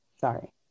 Sorry